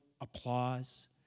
applause